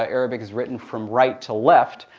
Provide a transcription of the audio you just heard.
ah arabic is written from right to left.